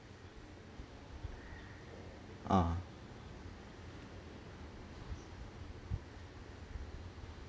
ah